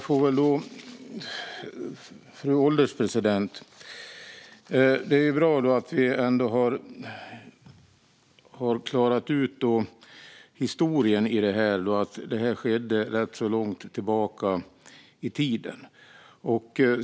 Fru ålderspresident! Det är ju bra att vi har klarat ut historien i det här och att det skedde rätt långt tillbaka i tiden.